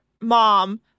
mom